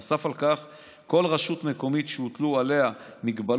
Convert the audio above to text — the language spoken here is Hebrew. נוסף על כך כל רשות מקומית שהוטלו עליה הגבלות,